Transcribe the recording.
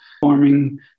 forming